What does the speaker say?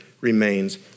remains